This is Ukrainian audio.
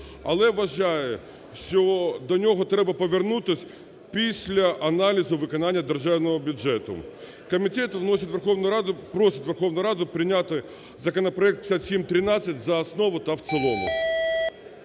але вважає, що до нього треба повернутися після аналізу виконання державного бюджету. Комітет вносить в Верховну Раду... просить Верховну Раду прийняти законопроект 5713 за основу та в цілому.